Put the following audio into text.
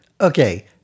Okay